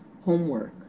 homework